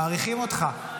מעריכים אותך,